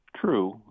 True